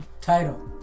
title